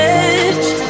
edge